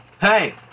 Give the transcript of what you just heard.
Hey